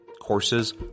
Courses